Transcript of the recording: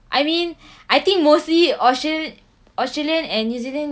I mean I think mostly australia australian and new zealand